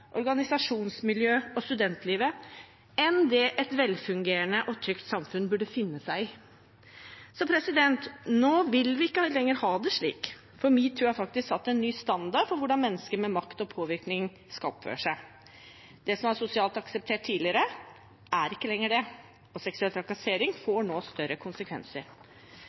og studentliv enn det et velfungerende og trygt samfunn burde finne seg i. Nå vil vi ikke lenger ha det slik. Metoo har satt en ny standard for hvordan mennesker med makt og påvirkning skal oppføre seg. Det som var sosialt akseptert tidligere, er ikke lenger det. Seksuell trakassering får nå større konsekvenser.